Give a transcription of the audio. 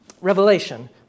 revelation